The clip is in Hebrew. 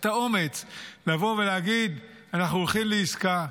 את האומץ לבוא ולהגיד: אנחנו הולכים לעסקה,